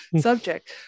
subject